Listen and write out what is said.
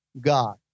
God